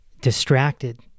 distracted